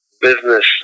business